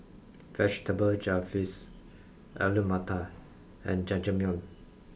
vegetable Jalfrezi Alu Matar and Jajangmyeon